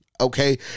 okay